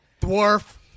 dwarf